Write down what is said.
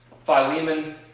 Philemon